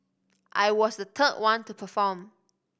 I was the third one to perform